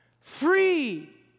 free